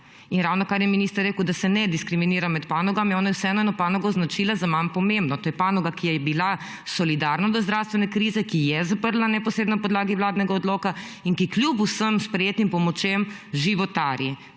Ravnokar je minister rekel, da se ne diskriminira med panogami, ona je vseeno eno panogo označila za manj pomembno. To je panoga, ki je bila solidarna do zdravstvene krize, ki je zaprla neposredno na podlagi vladnega odloka in ki kljub vsem sprejetim pomočem životari.